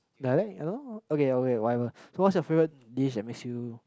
dialect ya lor okay okay whatever so what's your favorite dish that makes you